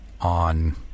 on